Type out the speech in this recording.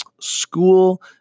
School